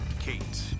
Kate